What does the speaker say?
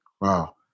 Wow